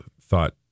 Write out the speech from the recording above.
thought